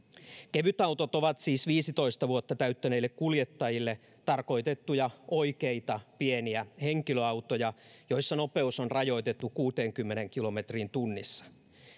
kevytautot ovat siis viisitoista vuotta täyttäneille kuljettajille tarkoitettuja oikeita pieniä henkilöautoja joissa nopeus on rajoitettu kuuteenkymmeneen kilometriin tunnissa